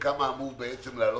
וכמה אמור לעלות.